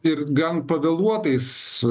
ir gan pavėluotais